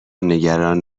نگران